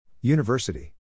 University